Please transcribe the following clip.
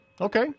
Okay